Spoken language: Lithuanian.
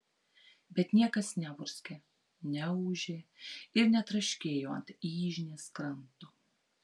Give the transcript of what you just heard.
bet niekas neburzgė neūžė ir netraškėjo ant yžnės kranto